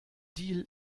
deal